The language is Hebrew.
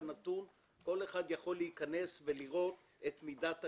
נתון כל אחד יוכל להיכנס ולראות את מידת הקרינה.